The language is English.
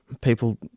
People